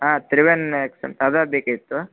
ಹಾಂ ಅಂತ ಅದಾ ಬೇಕಿತ್ತು